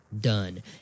done